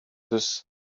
this